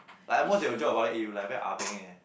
like at most they'll joke about it eh like you like very ah beng eh